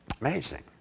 amazing